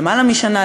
למעלה משנה,